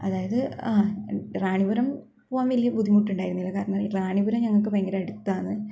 അതായത് റാണിപുരം പോവാൻ വലിയ ബുദ്ധിമുട്ട് ഉണ്ടായിരുന്നില്ല കാരണം റാണിപുരം ഞങ്ങൾക്ക് ഭയങ്കര അടുത്താണ്